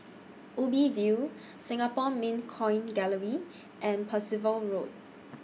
Ubi View Singapore Mint Coin Gallery and Percival Road